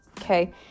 Okay